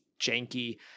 janky